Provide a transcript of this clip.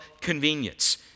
convenience